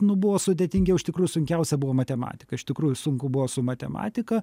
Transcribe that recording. nu buvo sudėtingiau iš tikrųjų sunkiausia buvo matematika iš tikrųjų sunku buvo su matematika